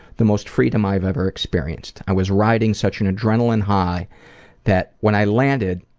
the most freedom i've ever experienced. i was riding such an adrenaline high that when i landed,